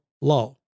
law